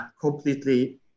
completely